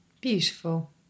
Beautiful